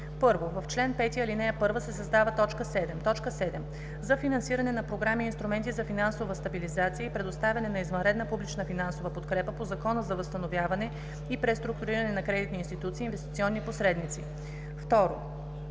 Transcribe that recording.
„1. В чл. 5, ал. 1 се създава т. 7: „7. за финансиране на програми и инструменти за финансова стабилизация и предоставяне на извънредна публична финансова подкрепа по Закона за възстановяване и преструктуриране на кредитни институции и инвестиционни посредници.“ 2.